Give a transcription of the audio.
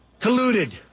colluded